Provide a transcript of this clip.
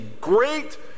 great